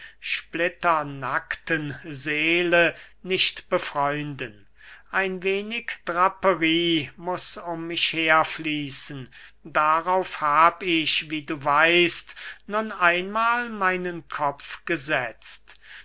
splitternackten seele nicht befreunden ein wenig drapperie muß um mich herfließen darauf habe ich wie du weißt nun einmahl meinen kopf gesetzt